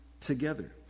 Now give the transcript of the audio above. together